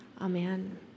Amen